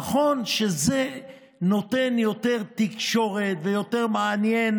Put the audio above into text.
נכון שזה נותן יותר תקשורת ויותר מעניין